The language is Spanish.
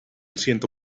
ciento